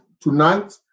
tonight